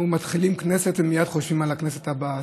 מתחילים כנסת ומייד חושבים על הכנסת הבאה,